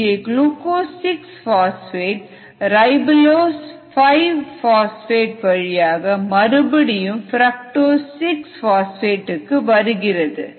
இங்கே glucose 6 phosphate ribulose 5 phosphate வழியாக மறுபடியும் பிரக்டோஸ் 6 பாஸ்பேட் க்கு வருகிறது